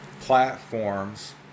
platforms